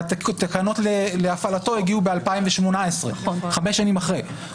והתקנות להפעלתו הגיעו חמש שנים אחרי,